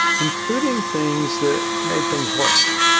including things that made things worse.